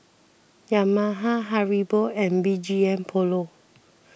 Yamaha Haribo and B G M Polo